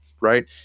right